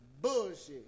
Bullshit